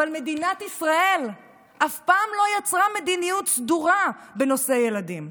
אבל מדינת ישראל אף פעם לא יצרה מדיניות סדורה בנושא ילדים,